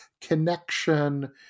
connection